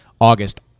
August